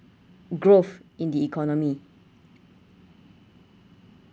growth in the economy